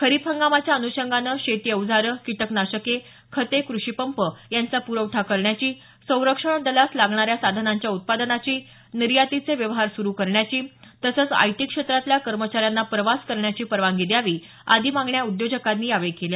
खरीप हंगामाच्या अनुषंगानं शेती अवजारं कीटकनाशके खते कृषीपंप यांचा पुरवठा करण्याची संरक्षण दलास लागणाऱ्या साधानांच्या उत्पादनाची निर्यातीचे व्यवहार सुरू करण्याची तसंच आयटी क्षेत्रातल्या कर्मचाऱ्यांना प्रवास करण्याची परवानगी द्यावी आदी मागण्या उद्योजकांनी यावेळी केल्या